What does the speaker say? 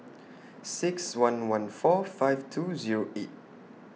six one one four five two Zero eight